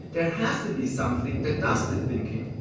there has to be something that does the thinking,